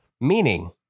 meaning